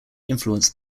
influenced